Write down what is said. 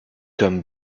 comme